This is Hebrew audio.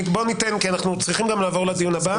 בוא ניתן כי אנחנו צריכים גם לעבור לדיון הבא.